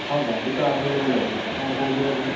ହଁ ଗାଡ଼ି ତ ଆଭେଲେବଲ୍ ଅଛି ଆପଣ କେଉଁ ଜାଗା ଯିବେ